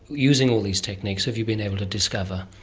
using all these techniques, have you been able to discover?